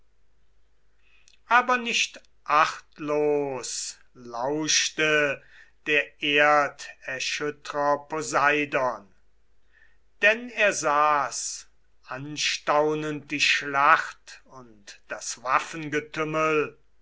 aber nicht achtlos lauschte der erderschüttrer poseidon denn er saß anstaunend die schlacht und das